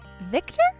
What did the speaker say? victor